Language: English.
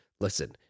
listen